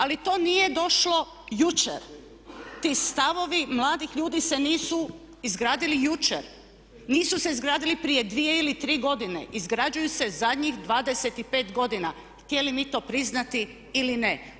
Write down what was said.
Ali to nije došlo jučer, ti stavovi mladih ljudi se nisu izgradili jučer, nisu se izgradili prije dvije ili tri godine izgrađuju se zadnjih 25 godina, htjeli mi to priznati ili ne.